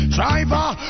Driver